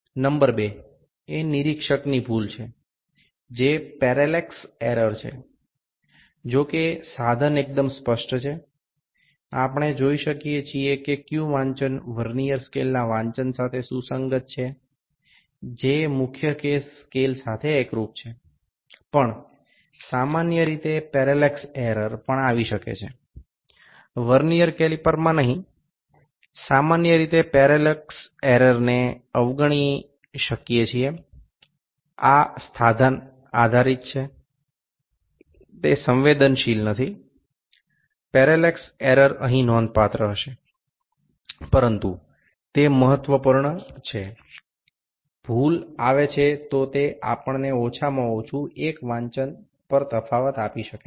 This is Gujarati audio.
નંબર 2 એ નિરીક્ષક ભૂલ છે જે પેરેલેક્સ એરર છે જો કે સાધન એકદમ સ્પષ્ટ છે આપણે જોઈ શકીએ છીએ કે કયું વાંચન વર્નીયર સ્કેલના વાંચન સાથે સુસંગત છે જે મુખ્ય સ્કેલ સાથે એકરુપ છે પણ સામાન્ય રીતે પેરેલેક્સ એરર પણ આવી શકે છે વર્નિયર કેલીપરમાં નહીં સામાન્ય રીતે પેરેલેક્સ એરરને અવગણી શકીએ છીએ આ સાધન આધારિત છે તે સંવેદનશીલ નથી પેરેલેક્સ એરર અહીં નોંધપાત્ર હશે પરંતુ તે મહત્વપૂર્ણ છે ભૂલ આવે છે તો તે આપણને ઓછામાં ઓછું 1 વાંચન પર તફાવત આપી શકે છે